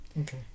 Okay